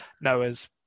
noah's